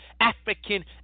African